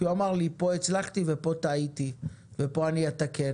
כי הוא אמר לי פה הצלחתי ופה טעיתי ופה אני אתקן,